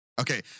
Okay